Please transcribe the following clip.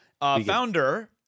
Founder